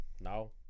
No